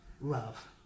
love